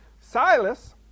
Silas